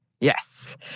Yes